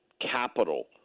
capital